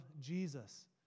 Jesus